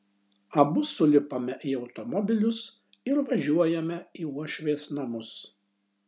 abu sulipame į automobilius ir važiuojame į uošvės namus